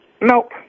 Nope